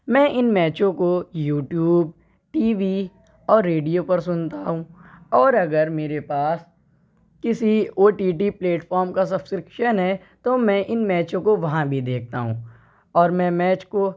میں ان میچوں کو یوٹیوب ٹی وی اور ریڈیو پر سنتا ہوں اور اگر میرے پاس کسی او ٹی ٹی پلیٹفام کا سبسکرفشن ہے تو میں ان میچوں کو وہاں بھی دیکھتا ہوں اور میں میچ کو